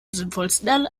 sinnvollsten